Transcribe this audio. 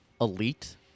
elite